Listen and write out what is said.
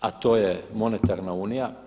A to je monetarna unija.